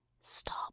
Stop